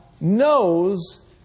knows